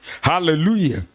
hallelujah